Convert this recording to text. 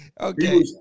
Okay